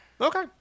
Okay